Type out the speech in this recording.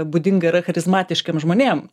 būdinga yra charizmatiškiem žmonėm